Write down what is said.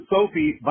Sophie